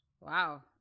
Wow